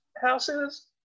houses